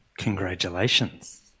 Congratulations